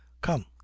come